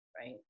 right